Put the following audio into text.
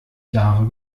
jahre